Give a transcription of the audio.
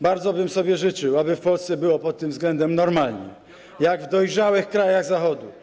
Bardzo bym sobie życzył, aby w Polsce było pod tym względem normalnie, tak jak jest w dojrzałych krajach Zachodu.